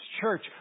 church